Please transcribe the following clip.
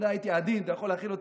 הייתי עדין, אתה יכול להכיל אותי.